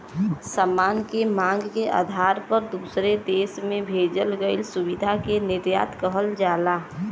सामान के मांग के आधार पर दूसरे देश में भेजल गइल सुविधा के निर्यात कहल जाला